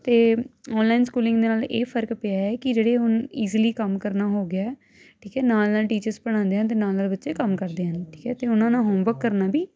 ਅਤੇ online schooling ਦੇ ਨਾਲ ਇਹ ਫਰਕ ਪਿਆ ਕਿ ਜਿਹੜੇ ਹੁਣ ਇਜੀਲੀ ਕੰਮ ਕਰਨਾ ਹੋ ਗਿਆ ਠੀਕ ਹੈ ਨਾਲ ਨਾਲ ਟੀਚਰ ਪੜ੍ਹਾਉਂਦੇ ਆ ਅਤੇ ਨਾਲ ਨਾਲ ਬੱਚੇ ਕੰਮ ਕਰਦੇ ਹਨ ਠੀਕ ਹਨ ਅਤੇ ਉਹਨਾਂ ਨਾਲ ਹੋਮਵਰਕ ਕਰਨਾ ਵੀ